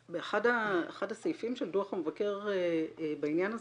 באחד הסעיפים של דו"ח המבקר בעניין הזה,